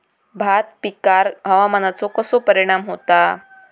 भात पिकांर हवामानाचो कसो परिणाम होता?